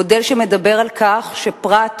מודל שמדבר על כך שפרט